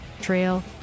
Trail